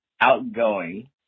outgoing